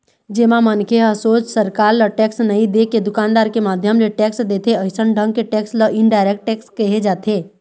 जेमा मनखे ह सोझ सरकार ल टेक्स नई देके दुकानदार के माध्यम ले टेक्स देथे अइसन ढंग के टेक्स ल इनडायरेक्ट टेक्स केहे जाथे